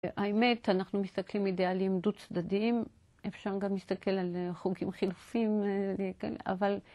האמת אנחנו מסתכלים אידיאליים דו צדדיים. אפשר גם להסתכל על חוגים חילופיים כן אבל.